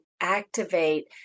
activate